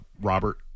Robert